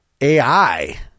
AI